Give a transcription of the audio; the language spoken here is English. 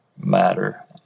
matter